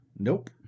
Nope